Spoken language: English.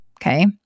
Okay